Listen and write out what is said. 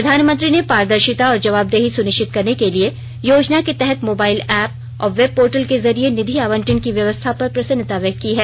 प्रधानमंत्री ने पारदर्शिता और जवाबदेही सुनिश्चित करने के लिए योजना के तहत मोबाइल ऐप और वेब पोर्टल के जरिए निधि आवंटन की व्यवस्था पर प्रसन्नता व्यक्त की है